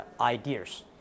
ideas